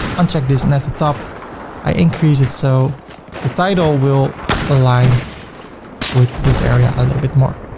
uncheck this and that the top i increase it so the title will align with this area a little bit more.